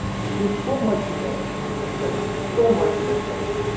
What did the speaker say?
there's so much in that in that segment, so much in that segment.